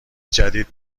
جدید